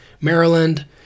Maryland